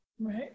right